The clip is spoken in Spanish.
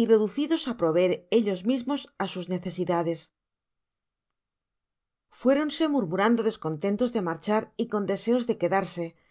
y reducidos á proveer ellos mismos á sus necesidades content from google book search generated at fuéronse murmurando descontentos de marchar y con deseos de quedarse